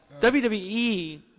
WWE